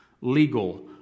Legal